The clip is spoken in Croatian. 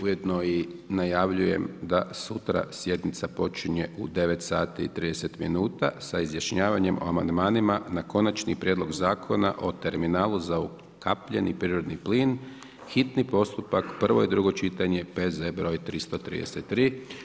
Ujedno i najavljujem da sutra sjednica počinje u 9,30 sa izjašnjavanjem o amandmanima na Konačni prijedlog Zakona o terminalu za ukapljeni prirodni plin, hitni postupak, prvo i drugo čitanje, P.Z.E. br. 333.